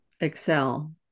excel